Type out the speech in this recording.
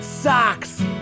Socks